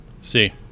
See